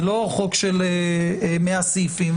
זה לא חוק של 100 סעיפים.